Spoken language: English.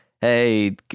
Hey